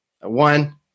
One